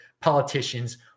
politicians